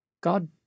God